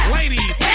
ladies